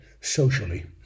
socially